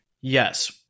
Yes